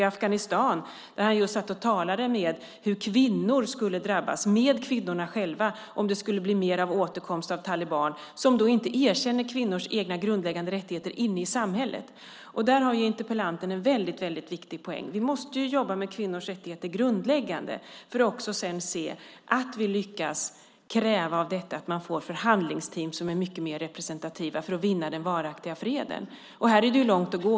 I Afghanistan satt han och talade med kvinnor själva om hur kvinnor skulle drabbas om det skulle bli mer av återkomst av talibaner som inte erkänner kvinnors egna grundläggande rättigheter i samhället. Där har interpellanten en väldigt viktig poäng. Vi måste jobba grundläggande med kvinnors rättigheter för att sedan se att vi av detta lyckas kräva att man får förhandlingsteam som är mycket mer representativa för att vinna den varaktiga freden. Här är det långt att gå.